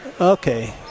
Okay